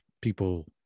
people